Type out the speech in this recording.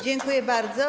Dziękuję bardzo.